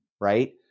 right